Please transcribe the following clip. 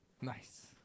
Nice